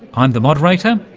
i'm the moderator,